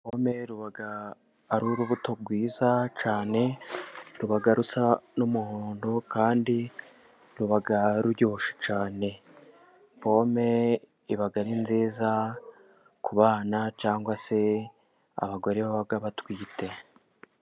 Pome ruba ari urubuto rwiza cyane, ruba rusa n'umuhondo, kandi ruba ruryoshye cyane. Pome iba ari nziza ku bana, cyangwa se abagore baba batwite.